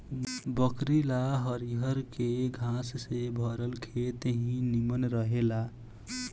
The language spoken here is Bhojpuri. बकरी ला हरियरके घास से भरल खेत ही निमन रहेला